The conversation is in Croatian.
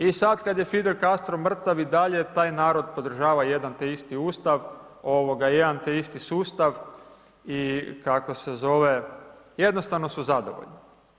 I sad kad je Fidel Castro mrtav i dalje taj narod podržava jedan te isti ustav, jedan te isti sustav i kako se zove, jednostavno su zadovoljni.